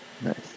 nice